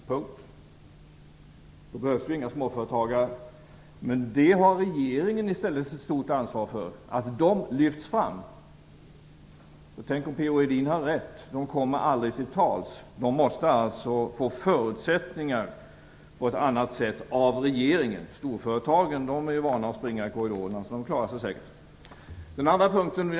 Då behövs inga småföretagare. Regeringen har ett stort ansvar för att de lyfts fram. Tänk om P-O Edin har rätt i att de aldrig kommer till tals! De måste få andra förutsättningar av regeringen. Storföretagarna har ju en annan vana. Så de klarar sig säkert.